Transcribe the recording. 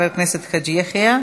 תודה רבה לחבר הכנסת חאג' יחיא.